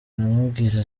aramubwira